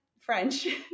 French